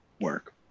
work